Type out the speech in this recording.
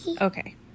Okay